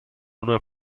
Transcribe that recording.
una